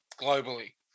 globally